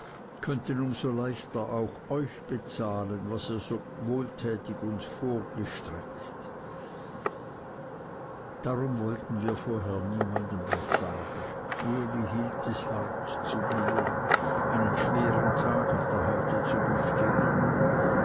könnten um so leichter auch euch bezahlen was ihr so guttätig uns vorgestreckt darum wollten wir vorher niemanden was sagen uli hielt es hart zu gehen einen schweren tag hat er heute zu bestehen